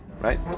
Right